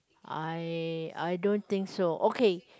I I don't think so okay